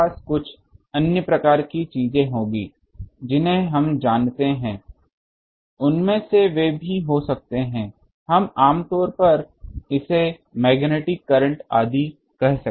हमारे पास कुछ अन्य प्रकार की चीजें होंगी जिन्हें हम जानते हैं उनमें से वे भी हो सकते हैं हम आम तौर पर इसे मैग्नेटिक करंट आदि कह सकते हैं